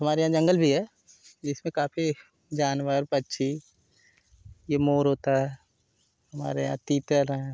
हमारे यहाँ जंगल भी है जिसमें काफी जानवर पक्षी ये मोर होता है हमारे यहाँ तीतर हैं